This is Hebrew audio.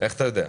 איך אתה יודע?